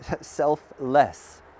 selfless